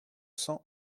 cent